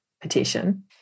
petition